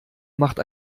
macht